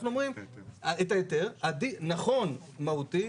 אנחנו אומרים שנכון מהותית